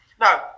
No